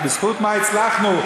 בזכות מה הצלחנו?